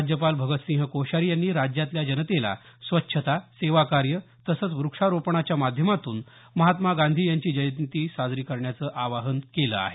राज्यपाल भगत सिंह कोश्यारी यांनी राज्यातल्या जनतेला स्वच्छता सेवाकार्य तसंच व्रक्षारोपणाच्या माध्यमातून महात्मा गांधी यांची जयंती साजरी करण्याचं आवाहन केलं आहे